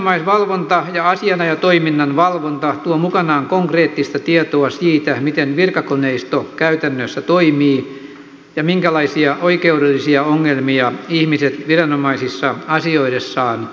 viranomaisvalvonta ja asianajotoiminnan valvonta tuovat mukanaan konkreettista tietoa siitä miten virkakoneisto käytännössä toimii ja minkälaisia oikeudellisia ongelmia ihmiset viranomaisissa asioidessaan kohtaavat